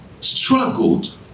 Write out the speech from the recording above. struggled